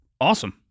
Awesome